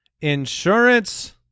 insurance